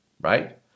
right